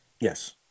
Yes